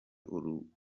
urugo